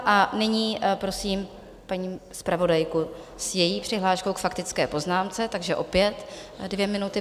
A nyní prosím paní zpravodajku s její přihláškou k faktické poznámce, takže opět dvě minuty.